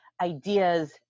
ideas